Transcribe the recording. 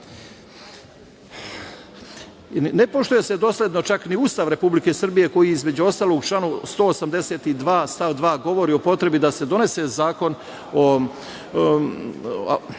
poštuje se dosledno čak ni Ustav Republike Srbije, koji između ostalog u članu 182. stav 2. govori o potrebi da se donese zakon o